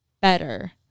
better